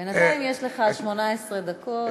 בינתיים יש לך 18 דקות.